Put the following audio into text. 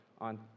on